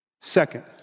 Second